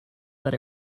that